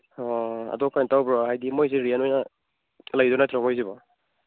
ꯑꯣ ꯑꯗꯣ ꯀꯩꯅꯣ ꯇꯧꯕ꯭ꯔꯣ ꯃꯣꯏꯁꯦ ꯔꯦꯟ ꯑꯣꯏꯅ ꯂꯩꯗꯣꯏ ꯅꯠꯇ꯭ꯔꯣ ꯃꯣꯏꯁꯤꯕꯣ